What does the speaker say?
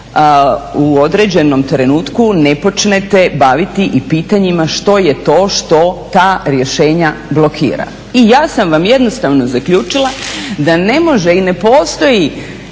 u određenom trenutku ne počnete baviti i pitanjima što je to što ta rješenja blokira. I ja sam vam jednostavno zaključila da ne može i ne postoji